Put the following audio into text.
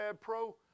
Pro